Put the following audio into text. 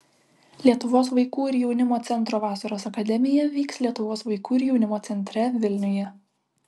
lietuvos vaikų ir jaunimo centro vasaros akademija vyks lietuvos vaikų ir jaunimo centre vilniuje